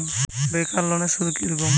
বেকার লোনের সুদ কি রকম?